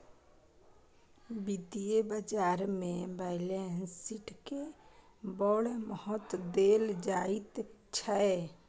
वित्तीय बाजारमे बैलेंस शीटकेँ बड़ महत्व देल जाइत छै